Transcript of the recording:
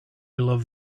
love